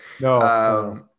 no